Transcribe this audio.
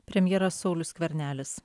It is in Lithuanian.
premjeras saulius skvernelis